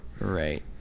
Right